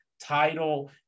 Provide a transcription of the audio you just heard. title